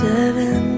Seven